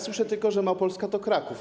Słyszę tylko, że Małopolska to Kraków.